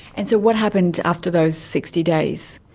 and so what happens after those sixty days?